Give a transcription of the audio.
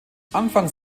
anfangs